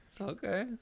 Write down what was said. Okay